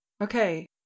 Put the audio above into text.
Okay